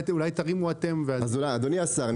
אדוני השר,